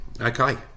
Okay